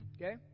Okay